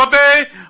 but da